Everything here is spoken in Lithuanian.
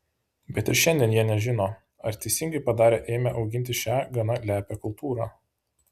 bet ir šiandien jie nežino ar teisingai padarė ėmę auginti šią gana lepią kultūrą